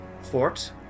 fort